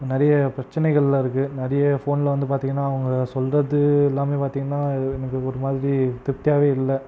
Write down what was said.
நிறைய பிரச்சினைகள்லாம் இருக்குது நிறைய ஃபோனில் வந்து பார்த்திங்கன்னா அவங்க சொல்கிறது எல்லாமே பார்த்திங்கன்னா எனக்கு ஒரு மாதிரி திருப்தியாகவே இல்லை